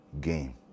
game